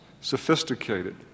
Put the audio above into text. sophisticated